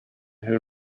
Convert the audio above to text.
who